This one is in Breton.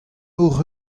hocʼh